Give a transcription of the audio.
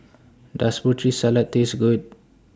Does Putri Salad Taste Good